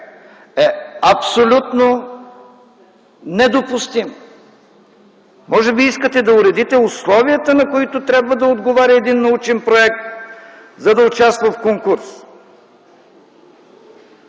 е абсолютно недопустим! Може би искате да уредите условията, на които трябва да отговаря един научен проект, за да участва в конкурс?!